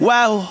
Wow